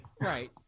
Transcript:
Right